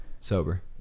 sober